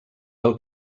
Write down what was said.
del